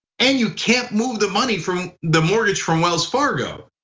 and you can't move the money from the mortgage from wells fargo.